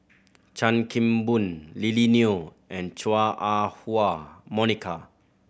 Chan Kim Boon Lily Neo and Chua Ah Huwa Monica